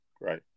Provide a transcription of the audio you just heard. right